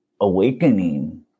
awakening